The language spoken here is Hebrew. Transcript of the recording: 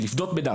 שלפדות בדם.